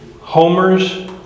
Homer's